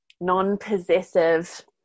non-possessive